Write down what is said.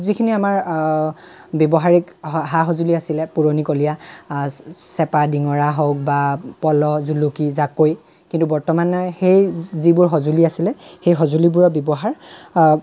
যিখিনি আমাৰ ব্যৱহাৰিক স সা সজুলি আছিল পুৰণিকলীয়া চেপা ডিঙৰা হওঁক বা পলহ জুলুকি জাকৈ কিন্তু বৰ্তমানে সেই যিবোৰ সজুলি আছিলে সেই সজুলিবোৰৰ ব্যৱহাৰ